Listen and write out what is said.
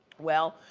well,